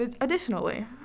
additionally